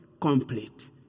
complete